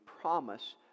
promise